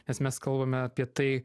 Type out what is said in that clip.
nes mes kalbame apie tai